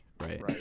Right